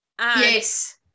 Yes